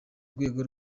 rwego